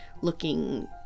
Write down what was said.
looking